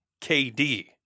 KD